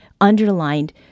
underlined